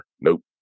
nope